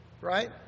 right